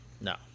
No